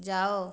ଯାଅ